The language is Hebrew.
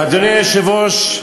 אדוני היושב-ראש,